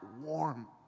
warm